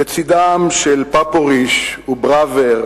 לצדם של פפוריש וברוֶר